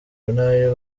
n’ayo